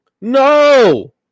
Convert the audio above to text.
No